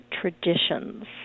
traditions